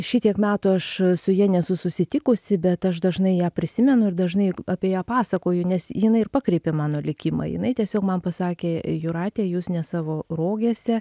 šitiek metų aš su ja nesu susitikusi bet aš dažnai ją prisimenu ir dažnai apie ją pasakoju nes jinai ir pakreipė mano likimą jinai tiesiog man pasakė jūrate jūs ne savo rogėse